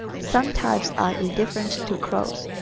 some types are indifferent to clothes,